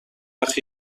وقت